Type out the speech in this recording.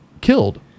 killed